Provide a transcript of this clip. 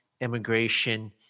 immigration